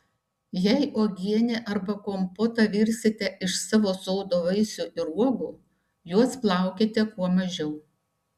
jei uogienę arba kompotą virsite iš savo sodo vaisių ir uogų juos plaukite kuo mažiau